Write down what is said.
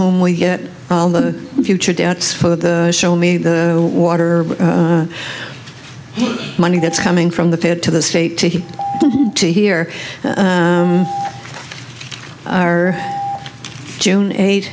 home we get all the future debts for the show me the water the money that's coming from the fed to the state to here to here our june eight